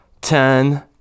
ten